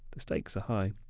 the stakes are high.